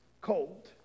cold